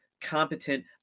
competent